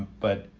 but